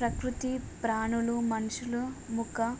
ప్రకృతి ప్రాణులు మనుషులు ముఖ